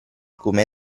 come